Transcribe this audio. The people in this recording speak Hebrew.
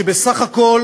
שבסך הכול